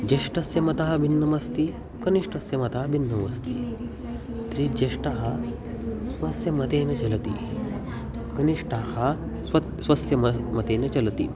ज्येष्ठस्य मतं भिन्नमस्ति कनिष्ठस्य मतं भिन्नमस्ति तर्हि ज्येष्ठः स्वस्य मतेन चलति कनिष्ठः स्वस्य स्वस्य मतेन मतेन चलति